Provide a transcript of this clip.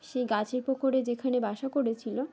সেই গাছের ফোকরে যেখানে বাসা করেছিল